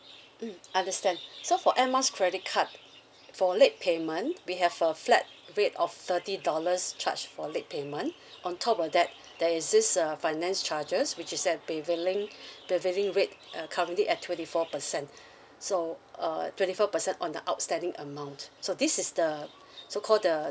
mm understand so for Air Miles credit card for late payment we have a flat rate of thirty dollars charge for late payment on top of that there is this err finance charges which is at prevailing prevailing rate err currently at twenty four percent so uh twenty four percent on the outstanding amount so this is the so called the